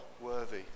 worthy